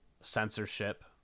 censorship